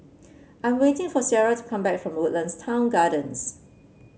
I'm waiting for Ciarra to come back from Woodlands Town Gardens